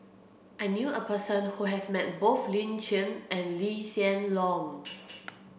I knew a person who has met both Lin Chen and Lee Hsien Loong